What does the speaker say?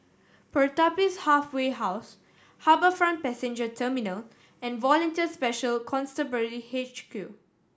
Pertapis Halfway House HarbourFront Passenger Terminal and Volunteer Special Constabulary H Q